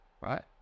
right